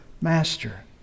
Master